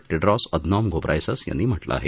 Tedros Adhanom Ghebreyesus यांनी म्हटलं आहे